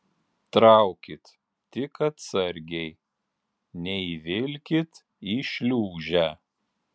traukit tik atsargiai neįvilkit į šliūžę